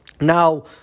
Now